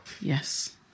Yes